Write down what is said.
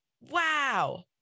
Wow